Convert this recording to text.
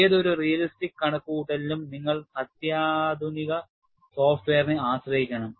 ഏതൊരു റിയലിസ്റ്റിക് കണക്കുകൂട്ടലിനും നിങ്ങൾ അത്യാധുനിക സോഫ്റ്റ്വെയറിനെ ആശ്രയിക്കണം